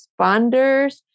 responders